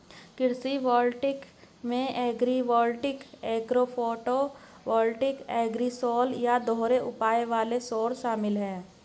कृषि वोल्टेइक में agrivoltaic agro photovoltaic agrisol या दोहरे उपयोग वाले सौर शामिल है